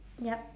yup